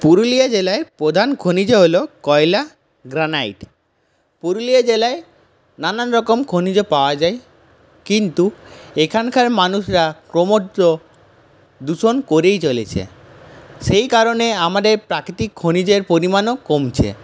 পুরুলিয়া জেলায় প্রধান খনিজ হল কয়লা এবং গ্রানাইট পুরুলিয়া জেলায় নানান রকম খনিজও পাওয়া যায় কিন্তু এখানকার মানুষরা ক্রমশ দূষণ করেই চলেছে সেই কারণে আমাদের প্রাকৃতিক খনিজের পরিমাণও কমছে